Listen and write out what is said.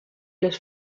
les